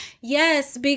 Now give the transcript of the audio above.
Yes